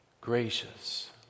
Gracious